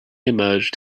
emerged